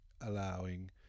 allowing